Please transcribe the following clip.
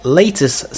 latest